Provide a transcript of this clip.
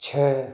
छः